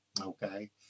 okay